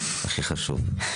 הכי חשוב.